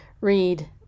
read